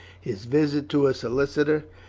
his visit to a solicitor,